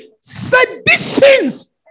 seditions